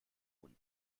mund